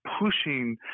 pushing